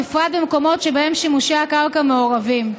בפרט במקומות שבהם שימושי הקרקע מעורבים.